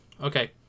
Okay